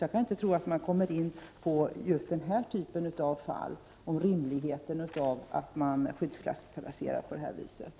Jag tror inte att man kommer in på just den här typen av fall och på frågan om det är rimligt att skyddsklassplacera på detta sätt.